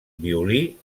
violí